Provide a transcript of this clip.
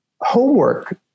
homework